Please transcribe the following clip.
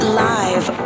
live